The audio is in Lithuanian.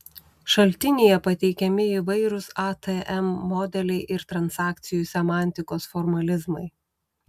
šaltinyje pateikiami įvairūs atm modeliai ir transakcijų semantikos formalizmai